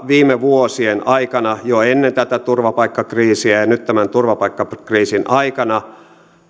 viime vuosien aikana jo ennen tätä turvapaikkakriisiä ja ja nyt turvapaikkakriisin aikana